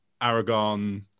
Aragon